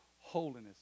holiness